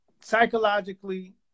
psychologically